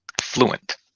fluent